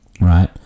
right